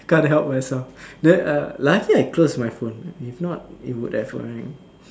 I can't help myself then uh lucky I close my phone if not it would have rang